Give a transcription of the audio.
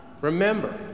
Remember